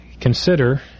consider